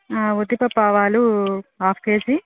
ఉద్దిపప్పు ఆవాలు half KG